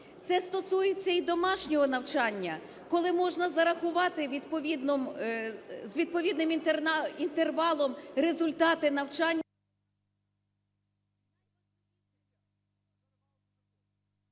Це стосується і домашнього навчання, коли можна зарахувати з відповідним інтервалом результати навчання…